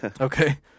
Okay